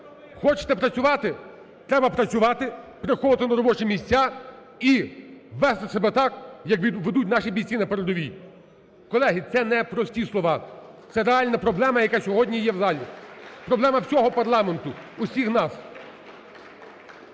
Хочете працювати – треба працювати, приходити на робочі місця і вести себе так, як ведуть наші бійці на передовій. Колеги, це не прості слова, це реальна проблема, яка сьогодні є в залі. Проблема всього парламенту, усіх нас.